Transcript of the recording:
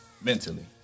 mentally